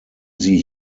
sie